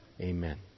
Amen